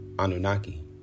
Anunnaki